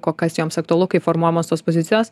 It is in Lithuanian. ko kas joms aktualu kaip formuojamos tos pozicijos